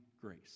grace